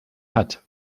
hat